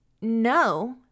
no